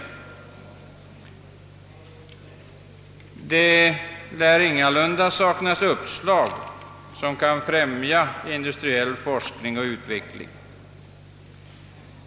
Och det lär ingalunda saknas upp slag till forskning som kan främja den industriella utvecklingen.